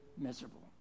miserable